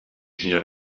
hier